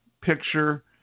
picture